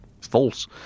false